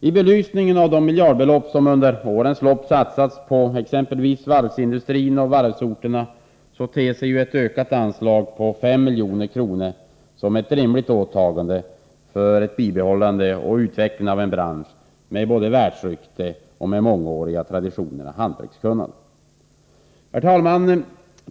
I belysningen av de miljardbelopp som under årens lopp satsats på exempelvis varvsindustrin och varvsorterna, ter sig ett ökat anslag på 5 milj.kr. som ett rimligt åtagande för ett bibehållande och en utveckling av en bransch med världsrykte och med mångåriga traditioner och hantverkskunnande. Herr talman!